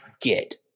get